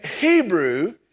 Hebrew